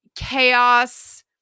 Chaos